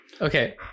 Okay